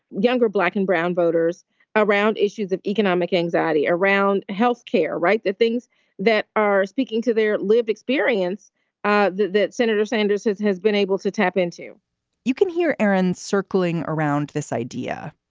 younger, black and brown voters around issues of economic anxiety, around health care. right. the things that are speaking to their lived experience ah that that senator sanders has has been able to tap into you can hear aaron circling around this idea,